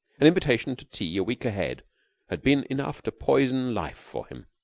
an invitation to tea a week ahead had been enough to poison life for him.